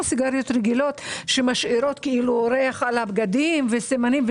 סיגריות רגילות שמשאירות ריח על הבגדים וסימנים,